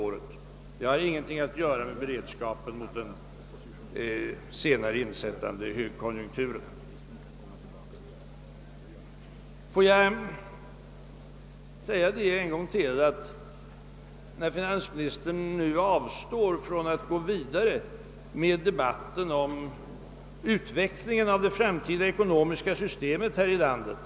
Detta har ingenting att göra med beredskapen mot den senare insättande högkonjunkturen. Finansministern avstår från att gå vidare i debatten om utvecklingen av det framtida ekonomiska systemet här i landet.